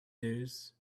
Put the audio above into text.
news